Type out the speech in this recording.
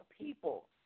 people